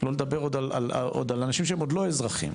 לא לדבר על אנשים שאינם עוד אזרחים.